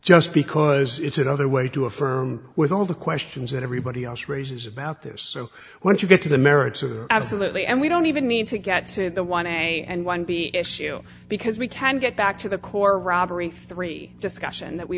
just because it's another way to affirm with all the questions that everybody else raises about this so when you get to the merits of absolutely and we don't even need to get to the want to a and one b issue because we can get back to the core robbery three discussion